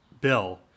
bill